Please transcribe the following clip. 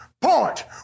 Point